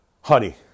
honey